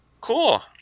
Cool